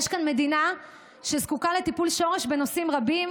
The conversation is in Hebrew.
יש כאן מדינה שזקוקה לטיפול שורש בנושאים רבים,